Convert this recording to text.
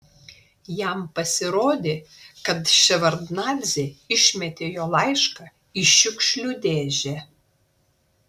jam pasirodė kad ševardnadzė išmetė jo laišką į šiukšlių dėžę